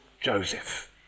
Joseph